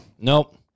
Nope